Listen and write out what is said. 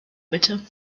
bitte